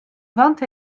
vingt